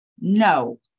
no